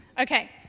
Okay